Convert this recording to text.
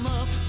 up